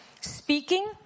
speaking